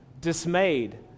dismayed